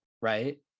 Right